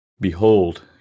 Behold